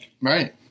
right